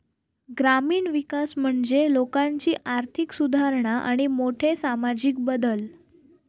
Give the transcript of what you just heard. ग्रामीण विकास म्हणजे लोकांची आर्थिक सुधारणा आणि मोठे सामाजिक बदल